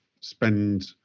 spend